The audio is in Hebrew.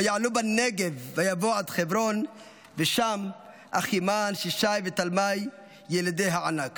ויעלו בנגב ויבֹא עד חברון ושם אחימן ששי ותלמי ילידי הענק